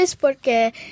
porque